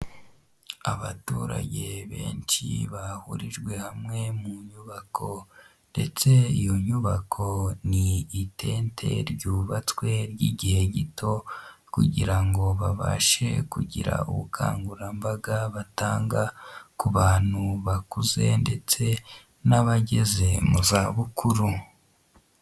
Abaturage benshi bahurijwe hamwe mu nyubako, ndetse iyo nyubako ni itente ryubatswe ry'igihe gito, kugira ngo babashe kugira ubukangurambaga batanga ku bantu bakuze ndetse n'abageze mu za bukuru.